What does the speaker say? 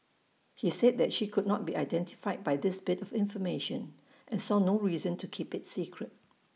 he said that she could not be identified by this bit of information and saw no reason to keep IT secret